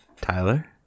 Tyler